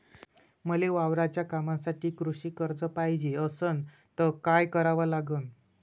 मले वावराच्या कामासाठी कृषी कर्ज पायजे असनं त काय कराव लागन?